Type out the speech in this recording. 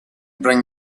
bring